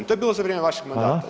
To je bilo za vrijeme vašeg mandata.